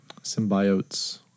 symbiotes